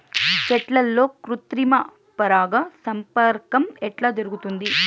చెట్లల్లో కృత్రిమ పరాగ సంపర్కం ఎట్లా జరుగుతుంది?